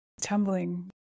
tumbling